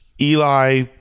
Eli